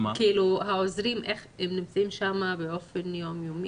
העוזרים נמצאים שם באופן יום יומי?